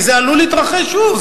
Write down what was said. כי זה עלול להתרחש שוב.